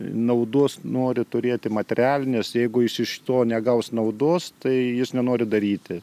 naudos nori turėti materialinės jeigu jis iš to negaus naudos tai jis nenori daryti